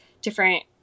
different